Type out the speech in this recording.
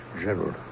General